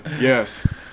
Yes